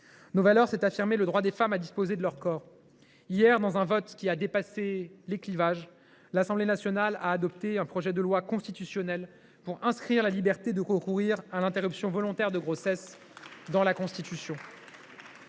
Nos valeurs, c’est affirmer le droit des femmes à disposer de leur corps. Hier, dans un vote qui a dépassé les clivages, l’Assemblée nationale a adopté un projet de loi constitutionnelle pour inscrire la liberté de recourir à l’interruption volontaire de grossesse dans la Constitution.